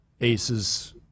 aces